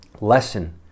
lesson